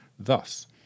Thus